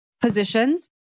positions